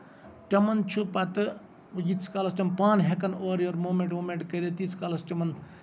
تِمن چھُ پَتہٕ یٖتِس کالَس تِم پانہٕ ہٮ۪کن اورٕ یورٕ موٗمینٹ ووٗمینٹ کٔرِتھ تِتِس کالَس تِمن